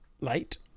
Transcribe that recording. light